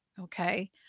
Okay